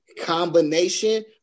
combination